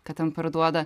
ką ten parduoda